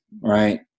right